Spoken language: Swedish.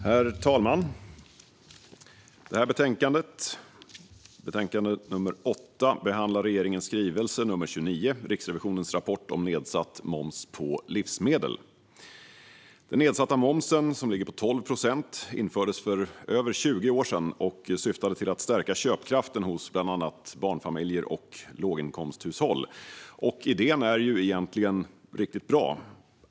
Herr talman! Betänkande SkU8 behandlar regeringens skrivelse nr 29, Riksrevisionens rapport om nedsatt moms på livsmedel . Den nedsatta momsen, som ligger på 12 procent, infördes för över 20 år sedan och syftade till att stärka köpkraften hos bland annat barnfamiljer och låginkomsthushåll. Idén är egentligen riktigt bra.